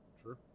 True